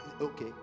okay